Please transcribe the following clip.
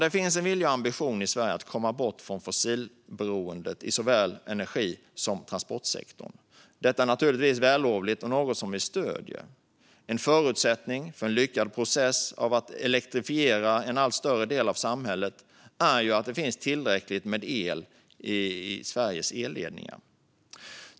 Det finns en vilja och ambition i Sverige att komma bort från fossilberoendet i såväl energi som transportsektorn. Detta är naturligtvis vällovligt och något vi stöder. En förutsättning för att lyckas med processen att elektrifiera en allt större del av samhället är att det finns tillräckligt med el i Sveriges elledningar.